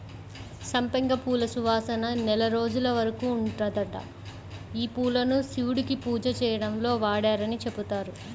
సంపెంగ పూల సువాసన నెల రోజుల వరకు ఉంటదంట, యీ పూలను శివుడికి పూజ చేయడంలో వాడరని చెబుతారు